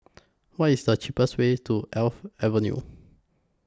What IS The cheapest Way to Alps Avenue